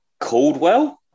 Caldwell